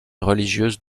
religieuse